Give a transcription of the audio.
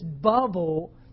bubble